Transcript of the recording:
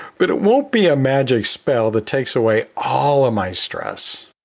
but it won't be a magic spell that takes away all of my stress.